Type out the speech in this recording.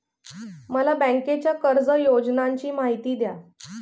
मला बँकेच्या कर्ज योजनांची माहिती द्या